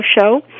show